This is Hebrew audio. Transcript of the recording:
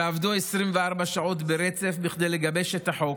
שעבדו 24 שעות ברצף כדי לגבש את החוק,